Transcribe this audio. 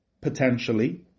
potentially